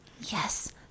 Yes